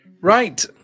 right